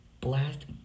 blast